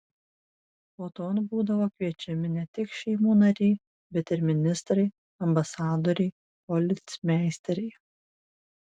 puoton būdavo kviečiami ne tik šeimų nariai bet ir ministrai ambasadoriai policmeisteriai